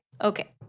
Okay